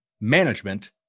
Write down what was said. management